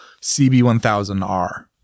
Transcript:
CB1000R